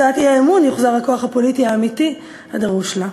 להצעת האי-אמון יוחזר הכוח הפוליטי האמיתי הדרוש לה.